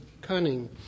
cunning